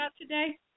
today